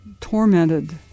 tormented